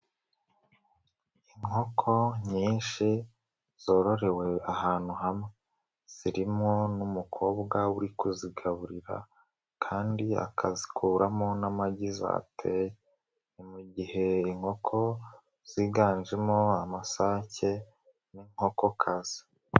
Inkoko nyinshi zororewe ahantu hamwe, zirimo n'umukobwa uri kuzigaburira, kandi akazikuramo n'amagi zateye. Ni mu gihe inkoko ziganjemo amasake n'inkokokazi.